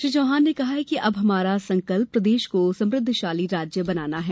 श्री चौहान ने कहा कि अब हमारा संकल्प प्रदेश को समृद्धिशाली राज्य बनाना है